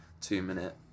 two-minute